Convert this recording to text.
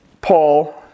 Paul